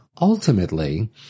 ultimately